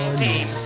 team